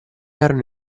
erano